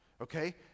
okay